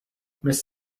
miss